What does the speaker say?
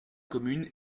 communes